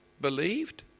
believed